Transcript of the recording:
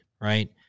right